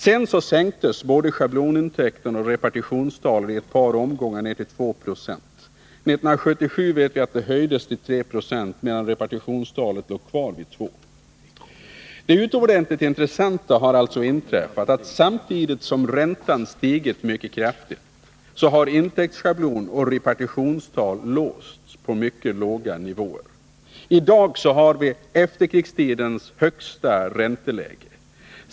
Sedan sänktes både schablonintäkten och repartitionstalet i ett par omgångar ned till 2 20. 1977 höjdes schablonintäkten som bekant till 3 26, medan repartitionstalet låg kvar vid 2 96. Det utomordentligt intressanta har alltså inträffat, att samtidigt som räntan stigit mycket kraftigt har intäktsschablon och repartitionstal låsts på mycket låga nivåer. I dag har vi efterkrigstidens högsta ränteläge.